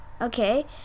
Okay